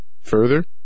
further